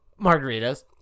margaritas